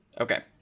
Okay